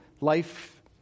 life